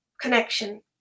connection